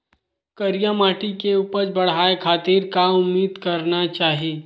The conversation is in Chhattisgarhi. करिया माटी के उपज बढ़ाये खातिर का उदिम करना चाही?